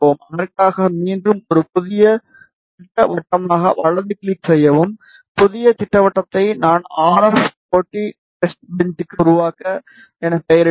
அதற்காக மீண்டும் ஒரு புதிய திட்டவட்டமாக வலது கிளிக் செய்யவும் புதிய திட்டவட்டத்தை நான் ஆர் எப் போட்டி டெஸ்ட்பெஞ்ச் உருவாக்கு என பெயரிடுவேன்